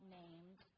named